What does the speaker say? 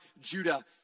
Judah